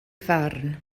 farn